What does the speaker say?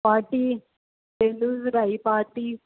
party ਤੈਨੂੰ ਵੀ ਵਧਾਈ ਪਾਰਟੀ